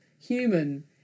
human